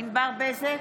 ענבר בזק,